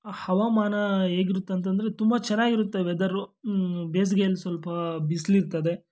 ಆ ಹವಾಮಾನ ಹೇಗಿರುತ್ತಂತಂದರೆ ತುಂಬ ಚೆನ್ನಾಗಿರುತ್ತೆ ವೆದರು ಬೇಸ್ಗೆಯಲ್ಲಿ ಸ್ವಲ್ಪ ಬಿಸ್ಲು ಇರ್ತದೆ